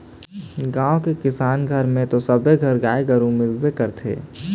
गाँव के किसान घर म तो सबे घर गाय गरु मिलबे करथे